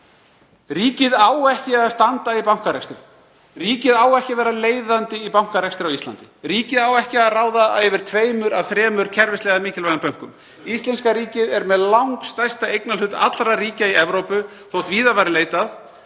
Ríkið á ekki að standa í bankarekstri, ríkið á ekki að vera leiðandi í bankarekstri á Íslandi. Ríkið á ekki að ráða yfir tveimur af þremur kerfislega mikilvægum bönkum. Íslenska ríkið er með langstærsta eignarhlut allra ríkja í Evrópu og þótt víðar væri leitað